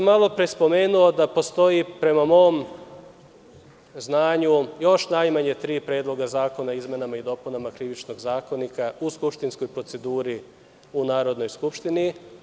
Malopre sam spomenuo da postoji prema mom znanju još najmanje tri predloga zakona o izmenama i dopunama Krivičnog zakonika u skupštinskoj proceduri u Narodnoj skupštini.